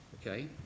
okay